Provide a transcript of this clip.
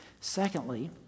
secondly